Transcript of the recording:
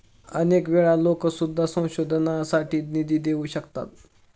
अनेक वेळा लोकं सुद्धा संशोधनासाठी निधी देऊ शकतात